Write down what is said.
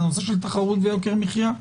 זה הנושא של תחרות ויוקר המחיה.